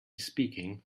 speaking